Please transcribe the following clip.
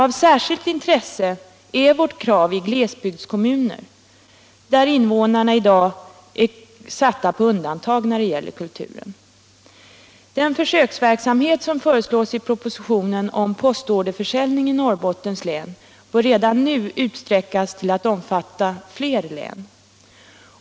Av särskilt intresse är vårt krav i glesbygdskommunerna där invånarna i dag är satta på undantag när det gäller kulturen. Den försöksverksamhet med postorderförsäljning i Norrbottens län som föreslås i propositionen bör redan nu utsträckas till att omfatta fler län.